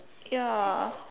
ya